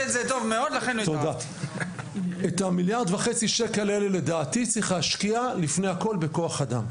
את אותם מיליארד וחצי שקל צריך להשקיע לפני הכול בכוח אדם.